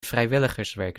vrijwilligerswerk